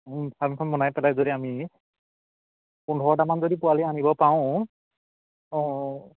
ফাৰ্মখন বনাই পেলাই যদি আমি পোন্ধৰটামান যদি পোৱালি আনিব পাৰোঁ অঁ